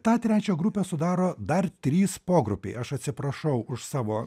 tą trečią grupę sudaro dar trys pogrupiai aš atsiprašau už savo